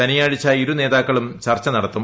ശനിയാഴ്ച ഇരുനേതാക്കളും ചർച്ച നടത്തും